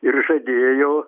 ir žadėjo